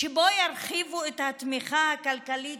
שבו ירחיבו את התמיכה הכלכלית,